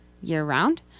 year-round